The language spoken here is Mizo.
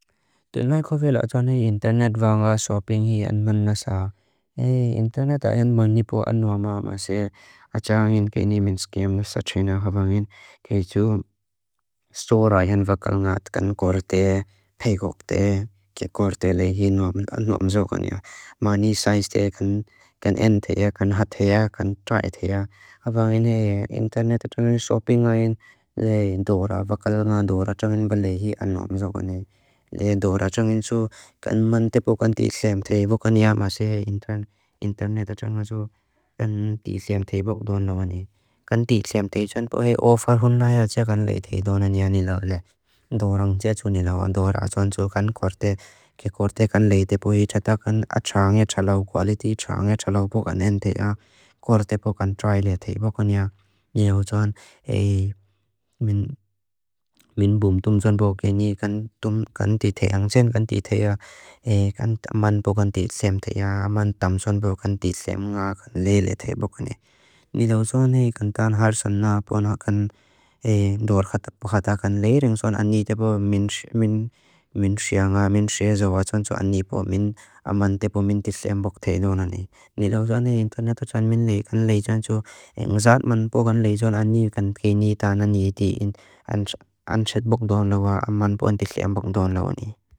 Duin laiko vela atoane internet vanga soaping hii anman nasa. Internet ayan man nipo anua maamase. Atsa angin kei nimens keam nusachina hawangin kei tu stor ayan vakal ngat kan korte, peykokte ke korte lehi anua mzogon ia. Mani saiz te kan en thea, kan hat thea, kan trai thea. Hawangin internet atoane soaping ayan lehi dora, vakal na dora atoane velahi anua mzogon ia. Lehi dora atoane soo kan mantepo kan tisem thei, bukaniya maase internet atoane soo kan tisem thei buk duin lawani. Kan tisem thei soan po hei ofer hona ayan ce kan lehi thei dora niya ni lawani. Dora ang cea soo ni lawani. Dora soan soo kan korte ke korte kan lehi thei po hei. Chata kan atsa angin tsa lau quality, atsa angin tsa lau bukan en thea. Korte po kan trai lehi thei bukaniya. Ni lau soan hei min boomtum soan pokeni kan tisem thea, kan tisem thea, kan aman pokan tisem thea, aman tam soan pokan tisem nga kan lehi lehi thei bukaniya. Ni lau soan hei kan tan harsan na pona kan dor kata kan lehi ring soan ani tepo min shea nga, min shea zoa soan soo ani po min aman tepo min tisem poka thei donani. Ni lau soan hei internet soan min lehi kan lehi zoan soo, nga zaat man po kan lehi zoan ani kan pkeni ta nan ieti an set poka donawa, aman poka antik liam poka donawa ni.